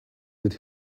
did